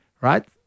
right